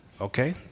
Okay